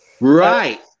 Right